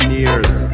years